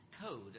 code